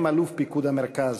ובהם אלוף פיקוד המרכז,